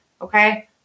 Okay